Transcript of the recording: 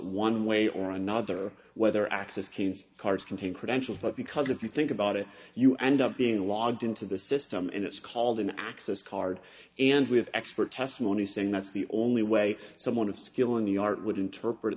one way or another whether access keane's cards contain credentials but because if you think about it you end up being logged into the system and it's called an access card and with expert testimony saying that's the only way someone of skill in the art would interpret